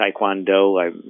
Taekwondo